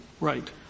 Right